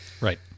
right